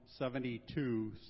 72